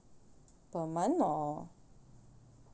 per month or